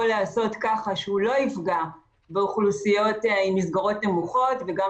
להיעשות כך שהוא לא יפגע באוכלוסיות עם מסגרות נמוכות וגם